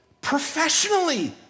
professionally